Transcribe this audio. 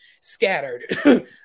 scattered